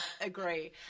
agree